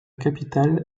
capitale